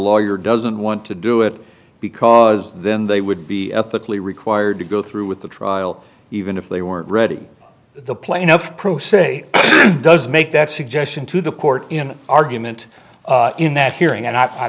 lawyer doesn't want to do it because then they would be ethically required to go through with the trial even if they weren't ready the plaintiff pro se does make that suggestion to the court in argument in that hearing